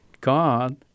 God